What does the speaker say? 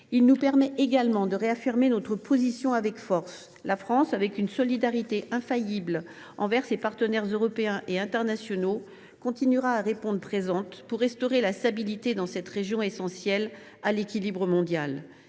Elle nous permet également de réaffirmer notre position avec force : la France, résolument solidaire de ses partenaires européens et internationaux, continuera de répondre présent pour restaurer la stabilité dans cette région essentielle à l’équilibre mondial.